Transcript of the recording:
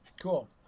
cool